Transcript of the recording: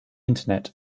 internet